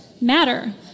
matter